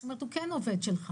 זאת אומרת שהוא כן עובד שלך.